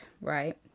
right